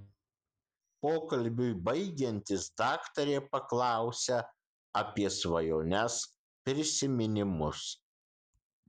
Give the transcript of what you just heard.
pokalbiui baigiantis daktarė paklausia apie svajones prisiminimus